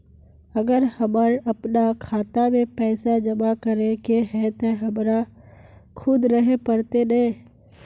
अगर हमर अपना खाता में पैसा जमा करे के है ते हमरा खुद रहे पड़ते ने?